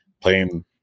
playing